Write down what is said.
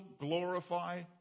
glorify